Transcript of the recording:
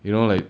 you know like